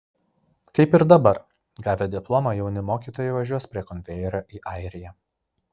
kaip ir dabar gavę diplomą jauni mokytojai važiuos prie konvejerio į airiją